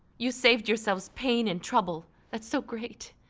you saved yourselves pain and trouble. that's so great!